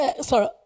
sorry